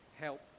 help